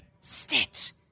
Stitch